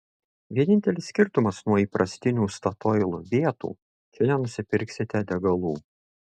vienintelis skirtumas nuo įprastinių statoil vietų čia nenusipirksite degalų